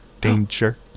danger